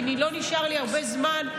כי לא נשאר לי הרבה זמן,